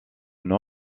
nom